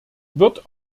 wird